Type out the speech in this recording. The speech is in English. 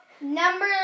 Number